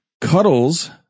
Cuddles